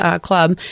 club